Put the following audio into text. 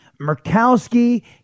Murkowski